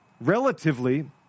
Relatively